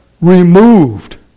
removed